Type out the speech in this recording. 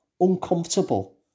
uncomfortable